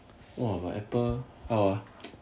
!wah! my apple how ah